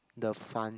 the fun